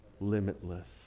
Limitless